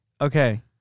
Okay